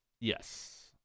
Yes